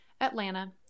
Atlanta